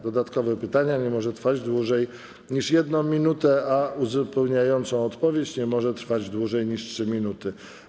Dodatkowe pytanie nie może trwać dłużej niż 1 minutę, a uzupełniająca odpowiedź nie może trwać dłużej niż 3 minuty.